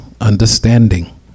understanding